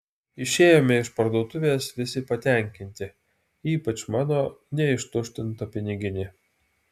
išėjome iš parduotuvės visi patenkinti ypač mano neištuštinta piniginė